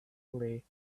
lay